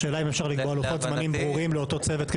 השאלה אם אפשר לקבוע לוחות זמנים ברורים לאותו צוות,